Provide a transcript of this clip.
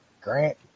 grant